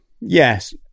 yes